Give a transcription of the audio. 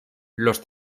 los